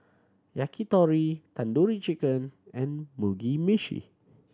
Yakitori Tandoori Chicken and Mugi Meshi